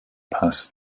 past